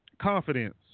Confidence